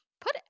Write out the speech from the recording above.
put